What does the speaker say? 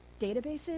databases